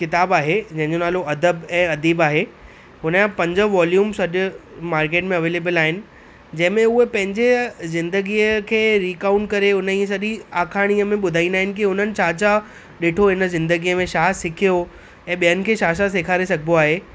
किताबु आहे जंहिंजो नालो अदबु ऐं अदीबु आहे हुनजे पंज वोल्युम्स अॼु मार्केट में अवैलेबल आहिनि जंहिं में हूअं पंहिंजे ज़िंदगीअ खे रिकाउंट करे हुन सॼी आखाणीअ में ॿुधाईंदा आहिनि कि उन्हनि छा छा ॾिठो हिन ज़िंदगीअ में छा सिखियो ऐं ॿियनि खे छा छा सेखारे सघिबो आहे